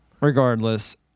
regardless